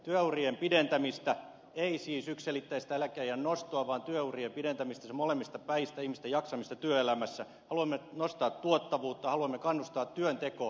työurien pidentämistä ei siis yksiselitteistä eläkeiän nostoa vaan työurien pidentämistä niiden molemmista päistä ihmisten jaksamista työelämässä haluamme nostaa tuottavuutta haluamme kannustaa työntekoon